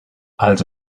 els